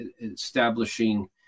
establishing